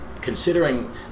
considering